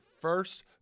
first